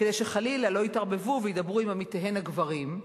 כדי שחלילה לא יתערבבו וידברו עם עמיתיהן הגברים,